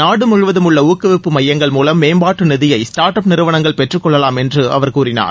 நாடு முழுவதும் உள்ள ஊக்குவிப்பு மையங்கள் முலம் மேம்பாட்டு நிதியை ஸ்டார்ட் அப் நிறுவனங்கள் பெற்றுக்கொள்ளலாம் என்று அவர் கூறினார்